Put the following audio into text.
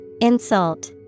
Insult